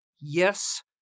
yes